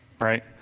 right